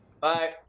Bye